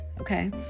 okay